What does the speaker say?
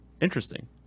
interesting